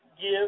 give